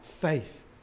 faith